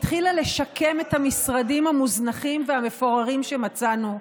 שהתחילה לשקם את המשרדים המוזנחים והמפוררים שמצאנו.